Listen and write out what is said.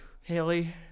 Haley